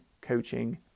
coaching